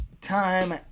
time